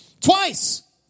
twice